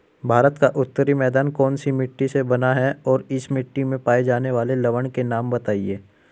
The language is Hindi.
भारत का उत्तरी मैदान कौनसी मिट्टी से बना है और इस मिट्टी में पाए जाने वाले लवण के नाम बताइए?